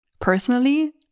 Personally